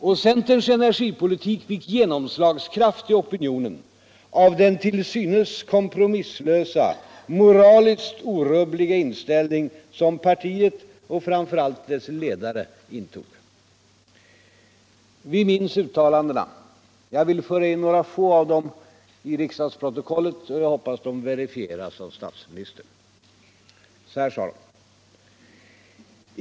Conterns energipolivk fick genomslagskraft i opinionen av den till synes kompromisslösa. moraliskt orubbliga inställning som partiet och framtör allt dess ledare intog. Vi minns uttalandena. Jag vill föra in några få exempel i riksdagsprotokollet, och jag hoppas de verifieras av statsministern. Så här sade han:.